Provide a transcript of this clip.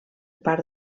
part